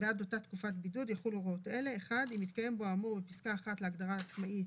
בעד אותה תקופת בידוד יחולו הוראות אלה: 1. אם התקיים בו האמור בפסקה (1) להגדרה עצמאי,